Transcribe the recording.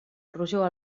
rojor